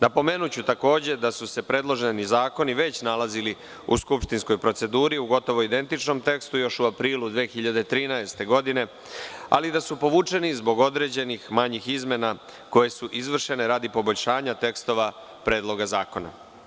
Napomenuću takođe da su se predloženi zakoni već nalazili u skupštinskoj proceduri u gotovo identičnom tekstu još u aprilu 2013. godine, ali da su povučeni zbog određenih manjih izmena koje su izvršene radi poboljšanja tekstova Predloga zakona.